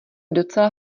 docela